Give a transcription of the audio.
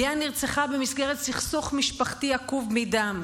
ביאן נרצחה במסגרת סכסוך משפחתי עקוב מדם,